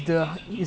oh ya ya